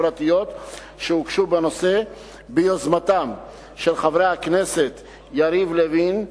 פרטיות שהוגשו ביוזמתם של חברי הכנסת יריב לוין,